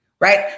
Right